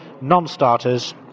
non-starters